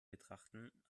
betrachten